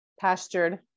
pastured